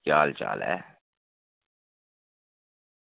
केह् हाल चाल ऐ